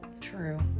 True